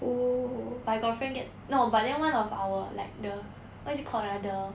but I got friend get no but then one of our like the what is it called ah the